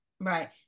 right